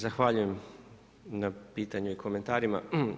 Zahvaljujem na pitanju i komentarima.